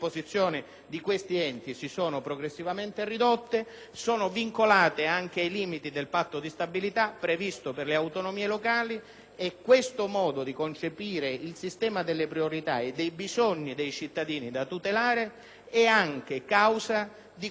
di questi enti si sono progressivamente ridotte e sono anche vincolate ai limiti del patto di stabilità previsto per le autonomie locali. Questo modo di concepire il sistema delle priorità e dei bisogni dei cittadini da tutelare è anche causa di queste tragedie